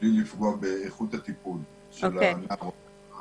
בלי לפגוע באיכות הטיפול של הנער או הנערה.